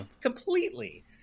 completely